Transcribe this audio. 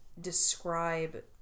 describe